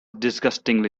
disgustingly